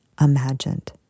imagined